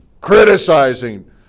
criticizing